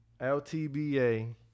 LTBA